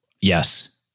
Yes